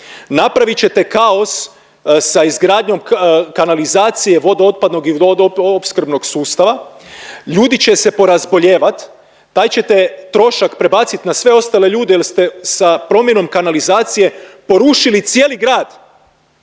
napravit ćete kaos sa izgradnjom kanalizacije vodootpadnog i vodoopskrbnog sustava, ljudi će se porazboljevat taj ćete trošak prebacit na sve ostale ljude jel ste sa promjenom kanalizacije porušili cijeli grad.